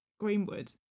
greenwood